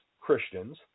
Christians